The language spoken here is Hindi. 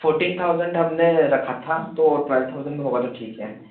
फोर्टीन थाउसेन्ड हमने रखा था तो ट्वेल्व थाउसेन्ड में होगा तो ठीक है